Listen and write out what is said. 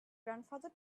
grandfather